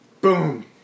Boom